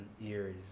years